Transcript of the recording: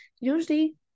Usually